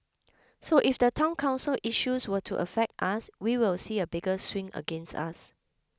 so if the Town Council issues were to affect us we will see a bigger swing against us